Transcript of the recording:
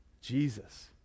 Jesus